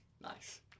Nice